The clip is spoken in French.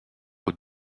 aux